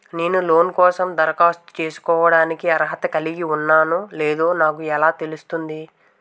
నేను లోన్ కోసం దరఖాస్తు చేసుకోవడానికి అర్హత కలిగి ఉన్నానో లేదో నాకు ఎలా తెలుస్తుంది?